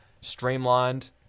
Streamlined